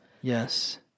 Yes